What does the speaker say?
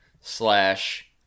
slash